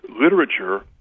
Literature